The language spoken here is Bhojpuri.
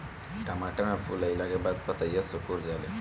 टमाटर में फूल अईला के बाद पतईया सुकुर जाले?